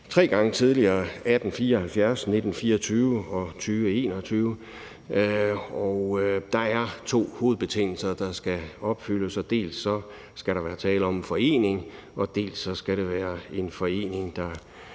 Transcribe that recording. tre gange tidligere, nemlig i 1874, 1924 og 2021. Der er to hovedbetingelser, der skal opfyldes. Der skal dels være tale om en forening, dels skal det være en forening, der